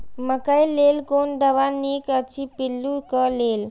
मकैय लेल कोन दवा निक अछि पिल्लू क लेल?